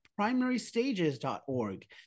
primarystages.org